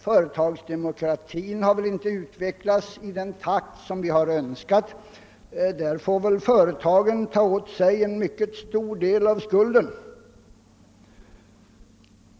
Företagsdemokratin har väl inte utvecklats i den takt som vi har önskat, och företagen får ta åt sig en stor del av skulden för det.